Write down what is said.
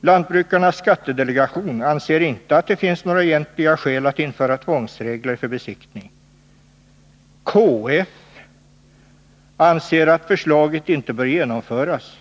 Lantbrukarnas skattedelegation anser inte att det finns några egentliga skäl att införa tvångsregler för besiktning. KF anser att förslaget inte bör genomföras,